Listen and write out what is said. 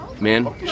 Man